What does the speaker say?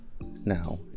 Now